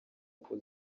uko